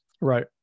Right